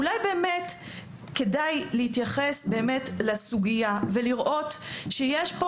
אולי באמת כדאי להתייחס באמת לסוגייה ולראות שיש פה